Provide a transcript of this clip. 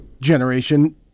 generation